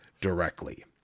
directly